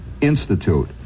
Institute